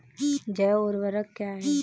जैव ऊर्वक क्या है?